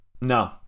No